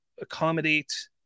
accommodate